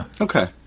Okay